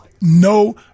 No